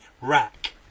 rack